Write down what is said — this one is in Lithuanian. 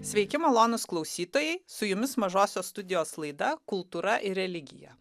sveiki malonūs klausytojai su jumis mažosios studijos laida kultūra ir religija